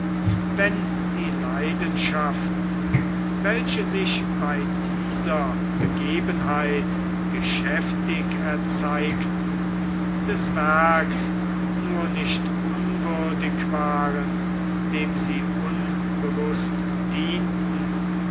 wenn die leidenschaften welche sich bei dieser begebenheit geschäftig erzeigten des werks nur nicht unwürdig waren dem sie unbewußt dienten